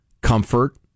comfort